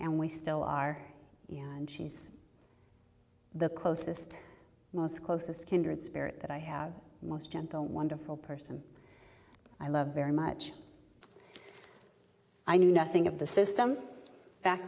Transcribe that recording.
and we still are and she's the closest most closest kindred spirit that i have most gentle wonderful person i love very much i knew nothing of the system back